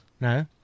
No